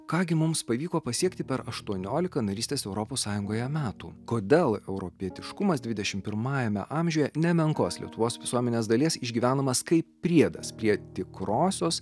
ką gi mums pavyko pasiekti per aštuoniolika narystės europos sąjungoje metų kodėl europietiškumas dvidešim pirmajame amžiuje nemenkos lietuvos visuomenės dalies išgyvenamas kaip priedas prie tikrosios